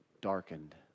Darkened